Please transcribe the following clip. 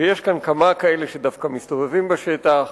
ויש כאן כמה כאלה שדווקא מסתובבים בשטח